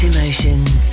Emotions